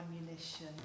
ammunition